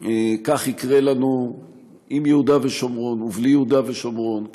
כך יקרה לנו עם יהודה ושומרון ובלי יהודה ושומרון,